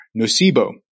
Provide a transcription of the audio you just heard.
nocebo